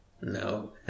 No